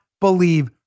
believe